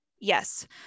yes